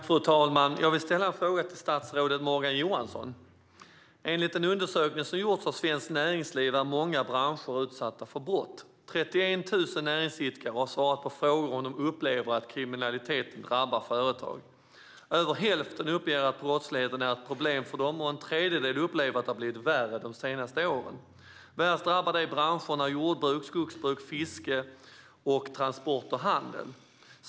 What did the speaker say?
Fru talman! Jag vill ställa en fråga till statsrådet Morgan Johansson. Enligt en undersökning som har gjorts av Svenskt Näringsliv är många branscher utsatta för brott. 31 000 näringsidkare har svarat på frågor om huruvida de upplever att kriminaliteten drabbar företag. Över hälften upplever att brottsligheten är ett problem för dem, och en tredjedel upplever att det har blivit värre de senaste åren. Värst drabbade är branscherna jordbruk, skogsbruk, fiske, transport och handel.